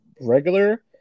regular